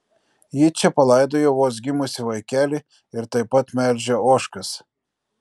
ji čia palaidojo vos gimusį vaikelį ir taip pat melžia ožkas